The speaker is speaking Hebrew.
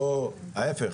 ההיפך,